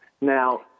Now